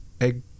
Egg